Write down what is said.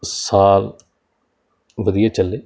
ਸਾਲ ਵਧੀਆ ਚੱਲੇ